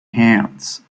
hands